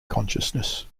consciousness